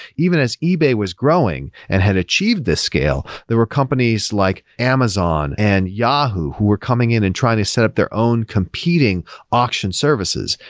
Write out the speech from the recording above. even as ebay was growing and had achieved this scale, there were companies like amazon and yahoo who were coming in and trying to set up their own competing auction services,